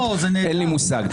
אין לי מושג.